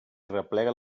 replega